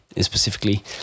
specifically